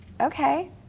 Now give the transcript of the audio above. Okay